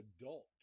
adult